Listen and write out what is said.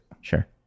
Sure